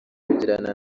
kugirana